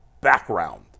background